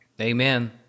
Amen